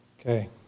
Okay